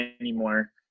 anymore